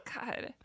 god